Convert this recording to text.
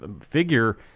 figure